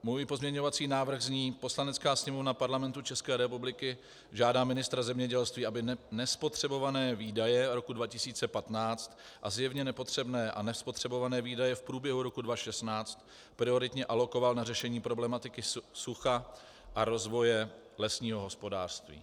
Můj pozměňovací návrh zní: Poslanecká sněmovna Parlamentu České republiky žádá ministra zemědělství, aby nespotřebované výdaje roku 2015 a zjevně nepotřebné a nespotřebované výdaje v průběhu roku 2016 prioritně alokoval na řešení problematiky sucha a rozvoje lesního hospodářství.